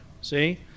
See